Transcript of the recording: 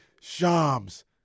Shams